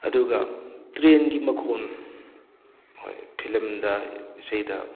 ꯑꯗꯨꯒ ꯇ꯭ꯔꯦꯟꯒꯤ ꯃꯈꯣꯟ ꯍꯣꯏ ꯐꯤꯂꯝꯗ ꯏꯁꯩꯗ